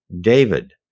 David